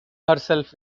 herself